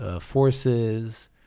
forces